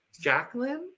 Jacqueline